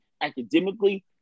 academically